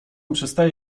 przestaje